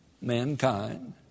mankind